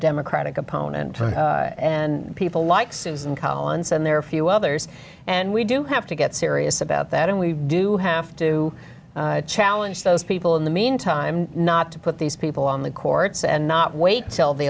democratic opponent and people like susan collins and there are a few others and we do have to get serious about that and we do have to challenge those people in the meantime not to put these people on the courts and not wait until the